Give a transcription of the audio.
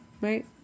right